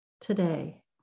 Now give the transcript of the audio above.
today